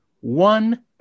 one